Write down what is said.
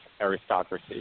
aristocracy